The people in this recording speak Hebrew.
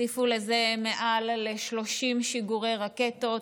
תוסיפו לזה מעל ל-30 שיגורי רקטות,